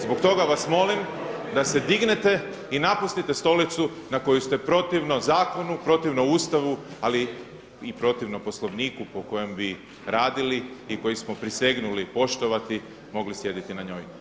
Zbog toga vas molim da se dignete i napustite stolicu na koju ste protivno zakonu, protivno Ustavu, ali i protivno Poslovniku po kojem bi radili i koji smo prisegnuli poštovati mogli sjediti na njoj.